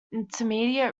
intermediate